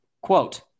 quote